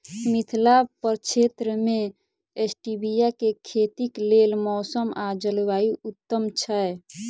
मिथिला प्रक्षेत्र मे स्टीबिया केँ खेतीक लेल मौसम आ जलवायु उत्तम छै?